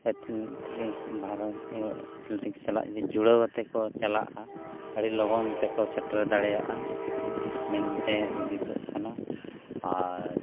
athletic ᱵᱷᱟᱨᱚᱛᱤᱭᱚ athletics ᱥᱟᱞᱟᱜ ᱡᱩᱫᱤ ᱡᱩᱲᱟᱹᱣ ᱠᱟᱛᱮᱫ ᱠᱚ ᱪᱟᱞᱟᱜᱼᱟ ᱟᱹᱰᱤ ᱞᱚᱜᱚᱱ ᱛᱮᱠᱚ ᱥᱮᱴᱮᱨ ᱫᱟᱲᱮᱭᱟᱜᱼᱟ ᱢᱮᱱᱛᱮ ᱦᱩᱫᱤᱥᱚᱜ ᱠᱟᱱᱟ ᱟᱨ